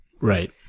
Right